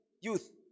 youth